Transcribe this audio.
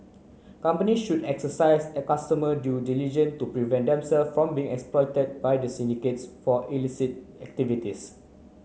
companies should exercise a customer due diligence to prevent themselves from being exploited by the syndicates for illicit activities